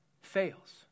fails